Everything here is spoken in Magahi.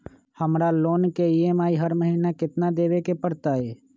हमरा लोन के ई.एम.आई हर महिना केतना देबे के परतई?